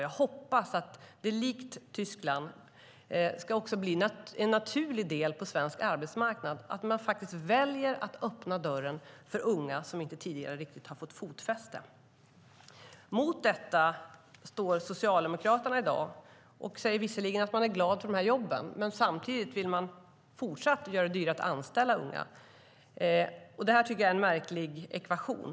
Jag hoppas att det, likt Tyskland, ska bli en naturlig del på svensk arbetsmarknad att man väljer att öppna dörren för unga som inte tidigare riktigt har fått fotfäste. Mot detta står i dag Socialdemokraterna. De säger visserligen att de är glada för jobben, men samtidigt vill de göra det fortsatt dyrare att anställa unga. Det tycker jag är en märklig ekvation.